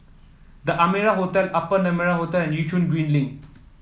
The Amara Hotel Upper Neram Hotel and Yishun Green Link